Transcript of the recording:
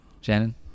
Shannon